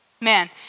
Man